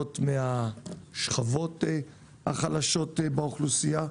ומהשכבות החלשות באוכלוסייה.